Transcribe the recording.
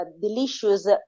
delicious